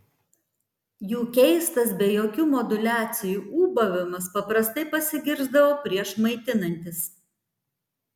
jų keistas be jokių moduliacijų ūbavimas paprastai pasigirsdavo prieš maitinantis